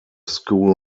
school